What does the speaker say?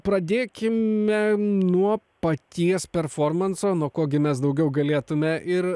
pradėkime nuo paties performanso nuo ko gi mes daugiau galėtume ir